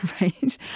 right